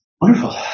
Wonderful